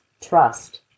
trust